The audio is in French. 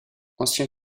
ancien